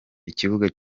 ikibuga